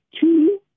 two